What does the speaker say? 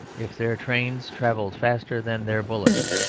if their trains travelled faster than their bullets,